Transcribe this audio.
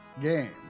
game